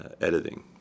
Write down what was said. editing